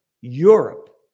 Europe